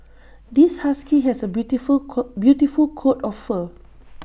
this husky has A beautiful coat beautiful coat of fur